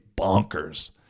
bonkers